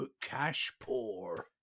cash-poor